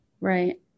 Right